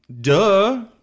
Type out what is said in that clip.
duh